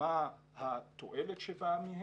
מה התועלת שבאה מהם,